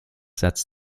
sets